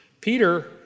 Peter